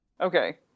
Okay